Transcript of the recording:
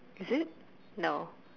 is it no